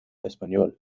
español